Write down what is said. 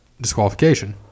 disqualification